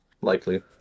Likely